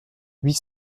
huit